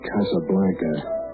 Casablanca